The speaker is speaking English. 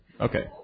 Okay